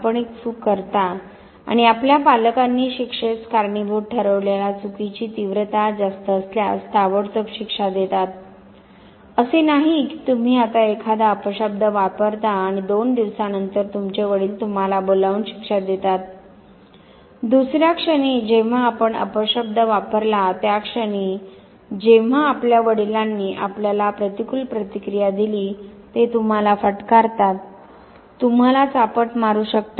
आपण एक चूक करता आणि आपल्या पालकांनी शिक्षेस कारणीभूत ठरविलेल्या चूकीची तीव्रता जास्त असल्यास ताबडतोब शिक्षा देतात असे नाही की तुम्ही आत्ता एखादा अपशब्द वापरता आणि दोन दिवसांनंतर तुमचे वडिल तुम्हाला बोलावून शिक्षा देतात दुसर्या क्षणी जेव्हा आपण अपशब्द वापरला त्या क्षणी जेव्हा आपल्या वडिलांनी आपल्याला प्रतिकूल प्रतिक्रिया दिली ते तुम्हाला फटकारतात तुम्हाला चापट मारू शकतात